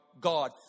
God